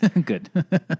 Good